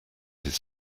his